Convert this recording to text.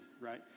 right